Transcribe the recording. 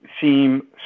seem